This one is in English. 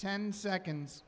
ten seconds